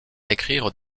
écrire